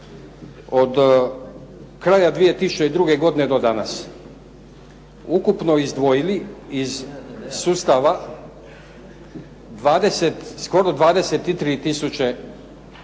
od kraja 2002. godine do danas ukupno izdvojili iz sustava skoro 23 tisuće